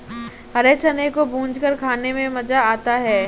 हरे चने को भूंजकर खाने में मज़ा आता है